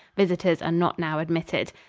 visitors are not now admitted.